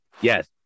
yes